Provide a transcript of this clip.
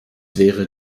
wäre